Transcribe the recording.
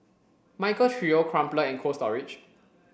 Michael Trio Crumpler and Cold Storage